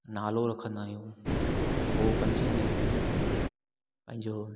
नालो रखंदा आहियूं पोइ पंजे महीने में पंहिंजो